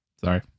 sorry